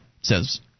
says